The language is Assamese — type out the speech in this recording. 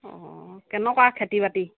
অঁ কেনেকুৱা খেতি বাতি